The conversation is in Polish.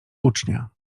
ucznia